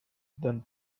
than